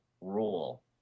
rule